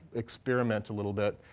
experiment a little bit.